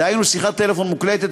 דהיינו שיחת טלפון מוקלטת,